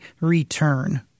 return